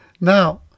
Now